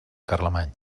carlemany